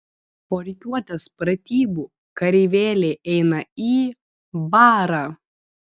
po rikiuotės pratybų kareivėliai eina į barą